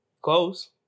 close